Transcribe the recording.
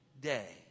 day